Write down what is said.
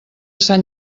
sant